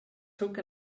took